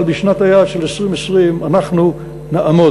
אבל בשנת היעד של 2020 אנחנו נעמוד.